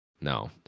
No